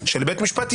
אחרי זה בית המשפט,